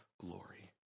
glory